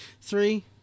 Three